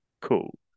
Cool